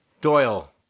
Doyle